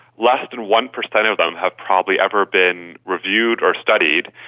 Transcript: less than one percent of them have probably ever been reviewed or studied.